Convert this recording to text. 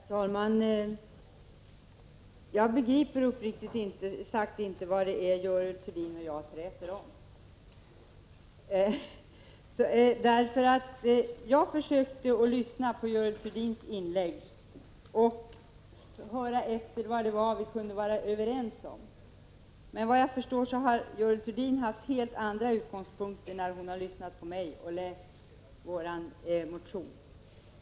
Herr talman! Jag begriper uppriktigt sagt inte vad det är Görel Thurdin och jag träter om. Jag försökte lyssna på Görel Thurdins inlägg och höra efter vad vi kunde vara överens om. Vad jag förstår har Görel Thurdin haft helt andra utgångspunkter när hon lyssnat på mig och läst vår motion.